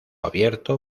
abierto